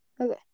Okay